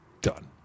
done